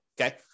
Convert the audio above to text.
Okay